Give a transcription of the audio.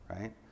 right